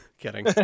Kidding